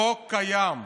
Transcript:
החוק קיים,